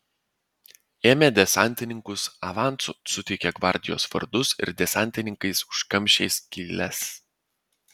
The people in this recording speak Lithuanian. ėmė desantininkus avansu suteikė gvardijos vardus ir desantininkais užkamšė skyles